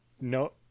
no